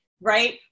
right